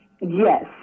Yes